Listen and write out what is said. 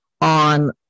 on